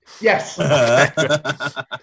Yes